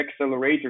accelerators